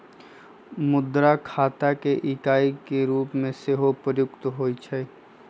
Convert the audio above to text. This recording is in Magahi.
मुद्रा खता के इकाई के रूप में सेहो प्रयुक्त होइ छइ